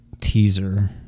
teaser